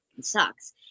sucks